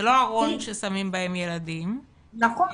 זה לא ארון ששמים בו ילדים --- נכון.